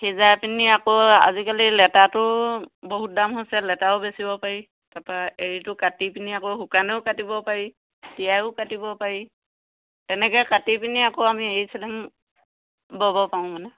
সিজাই পিনি আকৌ আজিকালি লেটাটো বহুত দাম হৈছে লেটাও বেচিব পাৰি তাৰপাৰা এৰীটো কাটি পিনি আকৌ শুকানেও কাটিব পাৰি তিয়াইও কাটিব পাৰি তেনেকৈ কাটি পিনি আকৌ আমি এৰী চাদৰ ব'ব পাৰো মানে